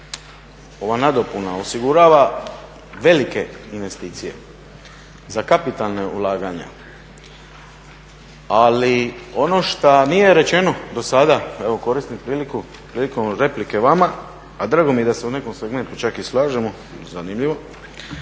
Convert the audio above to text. ova nadopuna osigurava velike investicije za kapitalna ulaganja. Ali ono što nije rečeno do sada, evo koristim priliku prilikom replike vama a drago mi je da se u nekom segmentu čak i slažemo, zanimljivo